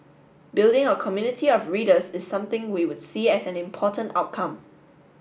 building a community of readers is something we would see as an important outcome